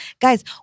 Guys